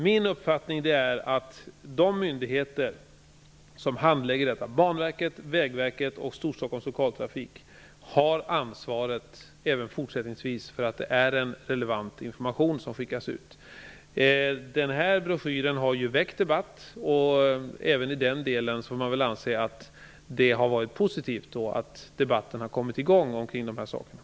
Min uppfattning är att de myndigheter som handlägger detta, Vägverket, Banverket och Storstockholms lokaltrafik, även fortsättningsvis har ansvaret för att informationen som skickas ut är relevant. Den här broschyren har ju väckt debatt, och man får väl anse att det har varit positivt att debatten kring dessa saker har kommit i gång.